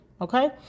Okay